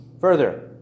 Further